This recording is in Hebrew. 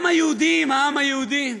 גם היהודים, העם היהודי,